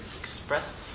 express